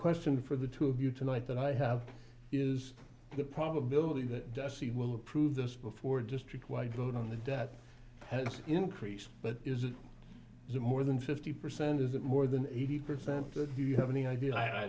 question for the two of you tonight that i have is the probability that he will approve this before district wide vote on the debt has increased but is it more than fifty percent is it more than eighty percent that you have any idea i